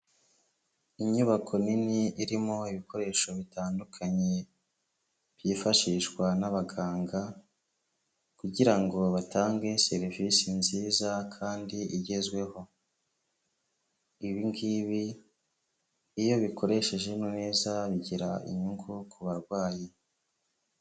Inyubako nini irimo ibikoresho bitandukanye, byifashishwa n'abaganga kugira ngo batange serivisi nziza kandi igezweho, ibi ngibi iyo bikoreshejwe neza, bigira inyungu ku barwayi.